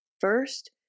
First